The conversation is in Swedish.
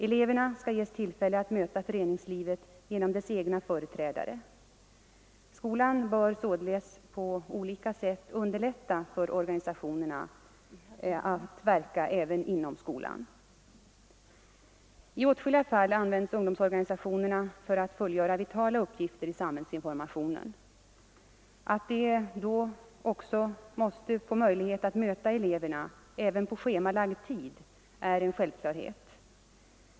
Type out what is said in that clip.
Eleverna skall ges tillfälle att möta föreningslivet genom dess egna företrädare. Skolan bör således på olika sätt underlätta för organisationerna att verka även inom skolan. I åtskilliga fall används ungdomsorganisationerna för att fullgöra vitala uppgifter i samhällsinformationen. Att de då också måste få möjlighet att möta eleverna, även på schemalagd tid, är en självklarhet.